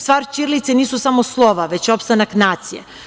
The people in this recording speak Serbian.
Stvar ćirilice nisu samo slova, već opstanak nacije.